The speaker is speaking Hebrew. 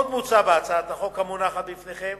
עוד מוצע בהצעת החוק המונחת בפניכם